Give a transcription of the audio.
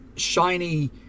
shiny